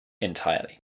entirely